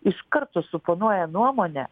iš karto suponuoja nuomonę